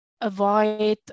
avoid